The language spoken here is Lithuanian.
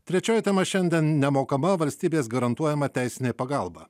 trečioji tema šiandien nemokama valstybės garantuojama teisinė pagalba